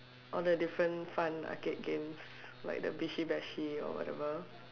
all the different fun arcade games like the Bishi-Bashi or whatever